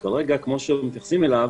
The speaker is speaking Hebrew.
כרגע, כמו שמתייחסים אליו,